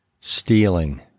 stealing